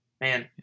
man